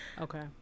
Okay